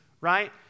right